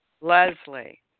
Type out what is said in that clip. Leslie